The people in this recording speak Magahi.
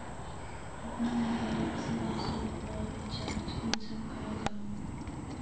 अपना मोबाईल से दुसरा मोबाईल रिचार्ज कुंसम करे करूम?